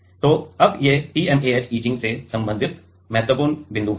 तो अब ये TMAH इचिंग से संबंधित महत्वपूर्ण बिंदु हैं